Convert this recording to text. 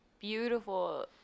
beautiful